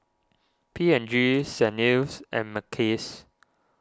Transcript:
P and G Saint Ives and Mackays